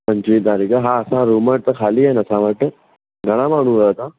पंजवीह तारीख़ हा असां रूम त ख़ाली आहिनि असां वटि घणा माण्हू आयो तव्हां